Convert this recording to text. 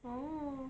oh